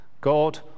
God